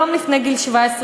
יום לפני גיל 17,